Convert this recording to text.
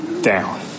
down